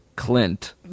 clint